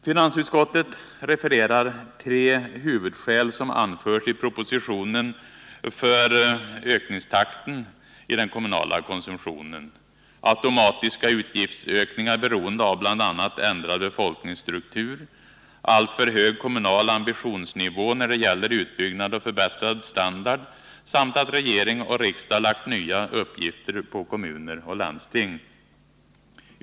Finansutskottet refererar de tre huvudskäl som anförs i propositionen för ökningstakten i den kommunala konsumtionen: automatiska utgiftsökningar beroende av bl.a. ändrad befolkningsstruktur, alltför hög kommunal ambitionsnivå när det gäller utbyggnad och förbättrad standard samt att regering och riksdag lagt nya uppgifter på kommuner och landsting.